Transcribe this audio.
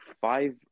five